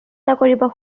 কৰিব